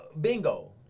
Bingo